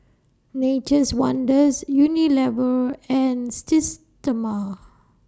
Nature's Wonders Unilever and Systema